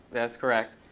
that's correct.